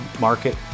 market